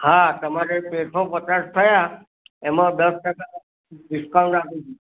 હા તમારે તેરસો પચાસ થયા એમાં દસ ટકા ડિકાઉન્ટ આપું છું